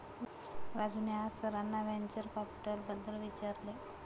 राजूने आज सरांना व्हेंचर कॅपिटलबद्दल विचारले